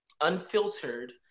unfiltered